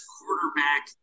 Quarterback